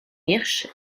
hirsch